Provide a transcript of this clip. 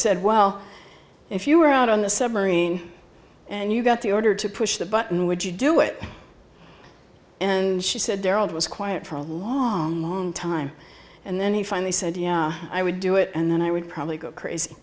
said well if you were out on the submarine and you got the order to push the button would you do it and she said their old was quiet for a long time and then he finally said yeah i would do it and then i would probably go crazy